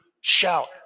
shout